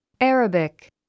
Arabic